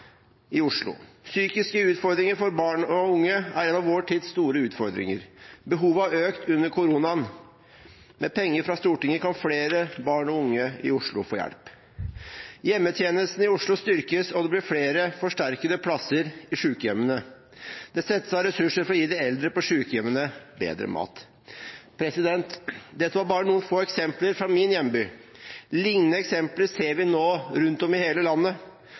i Oslo. Psykiske utfordringer for barn og unge er en av vår tids store utfordringer. Behovet har økt under koronaen. Med penger fra Stortinget kan flere barn og unge i Oslo få hjelp. Hjemmetjenesten i Oslo styrkes, og det blir flere forsterkede plasser i sykehjemmene. Det settes av ressurser for å gi de eldre på sykehjemmene bedre mat. Dette var bare noen få eksempler fra min hjemby. Lignende eksempler ser vi nå rundt om i hele landet.